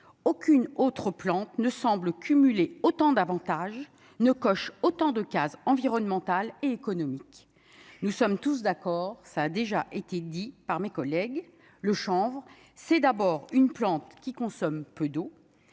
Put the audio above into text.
aucune autre plante ne semble cumuler autant d'avantages ne coche autant de cases environnemental et économique, nous sommes tous d'accord, ça a déjà été dit par mes collègues le chanvre c'est d'abord une plante qui consomment peu d'eau